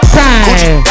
time